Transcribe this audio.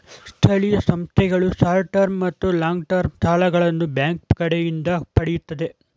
ಸ್ಥಳೀಯ ಸಂಸ್ಥೆಗಳು short term ಮತ್ತು ಲಾಂಗ್ ಟರ್ಮ್ ಸಾಲಗಳನ್ನು ಬ್ಯಾಂಕ್ ಕಡೆಯಿಂದ ಪಡೆಯುತ್ತದೆ